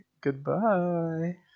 Goodbye